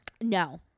No